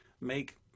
make